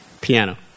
Piano